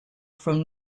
from